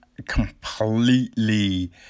Completely